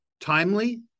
Timely